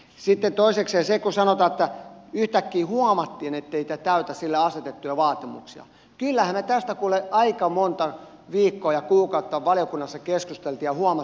sitten toisekseen kun sanotaan että yhtäkkiä huomattiin ettei tämä täytä sille asetettuja vaatimuksia niin kyllähän me tästä kuulkaa aika monta viikkoa ja kuukautta valiokunnassa keskustelimme ja huomasimme sen jo siellä